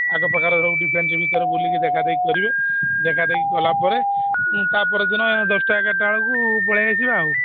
ଆଖପାଖର ସବୁ ଡିଫେନ୍ସ ଭିତରେ ବୁଲିକି ଦେଖା ଦେଖି କରିବେ ଦେଖା ଦେଖି କଲା ପରେ ତା'ପରଦିନ ଏ ଦଶଟା ଏଗାରଟା ବେଳକୁ ପଳାଇ ଆସିବା ଆଉ